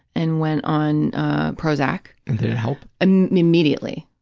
and went on prozac. and did it help? and immediately.